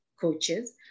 coaches